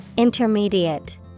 Intermediate